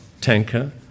tanker